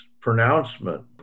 pronouncement